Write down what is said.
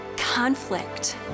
CONFLICT